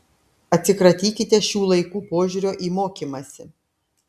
atsikratykite šių laikų požiūrio į mokymąsi